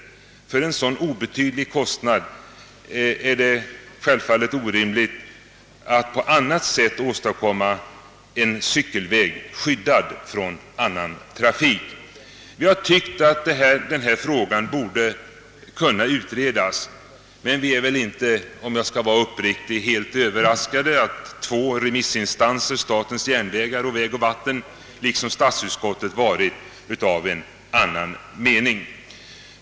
Till så obetydliga kostnader är det självfallet omöjligt att på annat sätt åstadkomma en cykelväg skyddad från annan trafik. Vi har ansett att denna fråga borde kunna utredas, men vi är uppriktigt sagt inte överraskade över att två remissinstanser, statens järnvägar och vägoch vattenbyggnadsstyrelsen, liksom statsutskottet varit av annan mening.